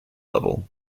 level